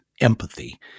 empathy